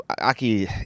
Aki